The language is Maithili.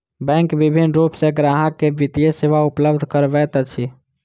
बैंक विभिन्न रूप सॅ ग्राहक के वित्तीय सेवा उपलब्ध करबैत अछि